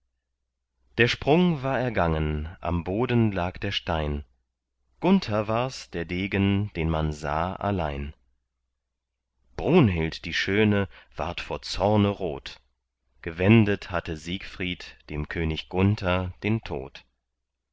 der sprung war ergangen am boden lag der stein gunther wars der degen den man sah allein brunhild die schöne ward vor zorne rot gewendet hatte siegfried dem könig gunther den tod